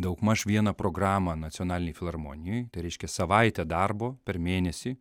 daugmaž vieną programą nacionalinėj filharmonijoj tai reiškia savaitė darbo per mėnesį